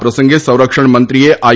આ પ્રસંગે સંરક્ષણ મંત્રીએ આઇ